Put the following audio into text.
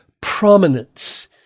prominence